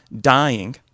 dying